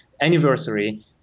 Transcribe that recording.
anniversary